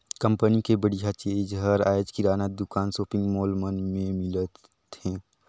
company के बड़िहा चीज हर आयज किराना दुकान, सॉपिंग मॉल मन में मिलत हे